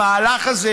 המהלך הזה,